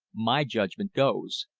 my judgment goes.